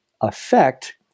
affect